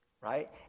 right